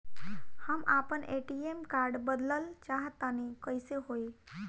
हम आपन ATM card बदलल चाह तनि कइसे होई?